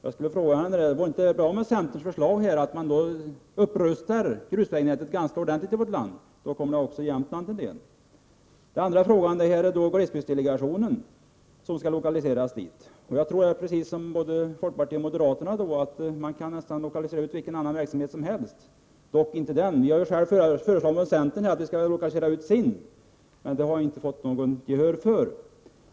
Jag vill ställa en fråga: Vore det inte bra att genomföra centerns förslag, som innebär att man upprustar grusvägnätet ganska ordentligt i landet, vilket ju skulle komma även Jämtland till del? Min andra fråga gäller glesbygdsdelegationen, som skall lokaliseras till Jämtland. Precis som folkpartisterna och moderaterna tror jag att man kan lokalisera ut nästan vilken annan verksamhet som helst, dock inte glesbygdsdelegationen. Vi i centern har föreslagit att SIND skall utlokaliseras, men det har vi inte fått något gehör för.